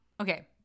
okay